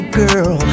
girl